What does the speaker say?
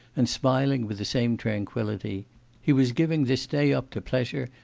and smiling with the same tranquillity he was giving this day up to pleasure,